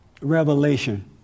revelation